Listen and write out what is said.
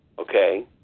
Okay